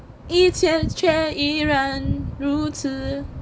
一切却依然如此